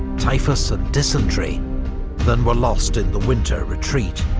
typhus and dysentery than were lost in the winter retreat.